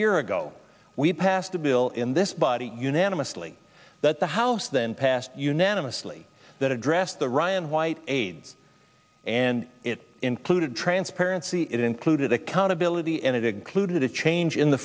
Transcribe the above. year ago we passed a bill in this body unanimously that the house then passed unanimously that addressed the ryan white aids and it included transparency it included accountability and it included a change in the